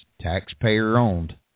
taxpayer-owned